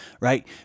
right